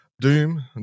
Doom